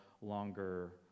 longer